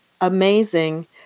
amazing